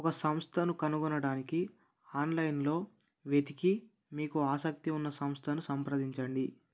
ఒక సంస్థను కనుగొనడానికి ఆన్లైన్లో వెతికి మీకు ఆసక్తి ఉన్న సంస్థను సంప్రదించండి